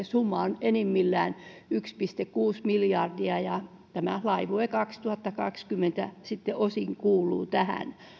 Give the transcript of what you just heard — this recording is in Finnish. summa on enimmillään yksi pilkku kuusi miljardia ja tämä laivue kaksituhattakaksikymmentä sitten osin kuuluu tähän